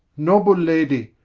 noble lady,